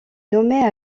nommée